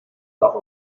talk